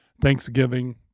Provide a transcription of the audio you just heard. Thanksgiving